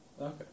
Okay